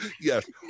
Yes